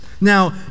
Now